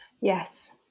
Yes